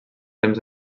temps